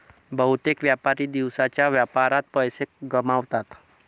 बहुतेक व्यापारी दिवसाच्या व्यापारात पैसे गमावतात